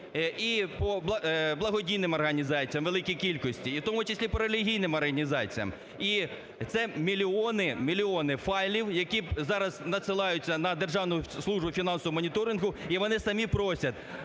і по благодійним організаціям у великій кількості і в тому числі по релігійним організаціям, і це мільйони файлів, які зараз надсилаються на Державну службу фінансового моніторингу. І вони самі просять: